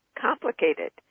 complicated